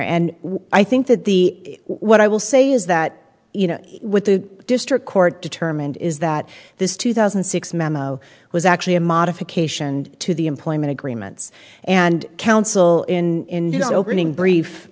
and i think that the what i will say is that you know what the district court determined is that this two thousand and six memo was actually a modification to the employment agreements and counsel in opening brief